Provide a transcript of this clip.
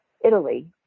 Italy